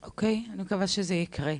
אוקיי, אני מקווה שזה יקרה.